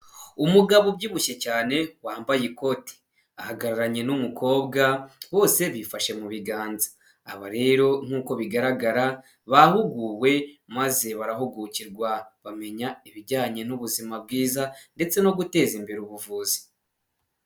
Umugabo ubyibushye cyane wambaye ikoti ahagararanye n'umukobwa bose bifashe mu biganza. Aba rero nk'uko bigaragara bahuguwe maze barahugukirwa bamenya ibijyanye n'ubuzima bwiza ndetse no guteza imbere ubuvuzi.